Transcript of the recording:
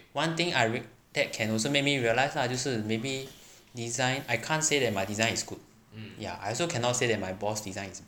one thing I th~ that can also made me realise lah 就是 maybe design I can't say that my design is good ya I also cannot say that my boss designs is bad